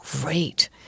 great